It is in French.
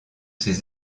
ses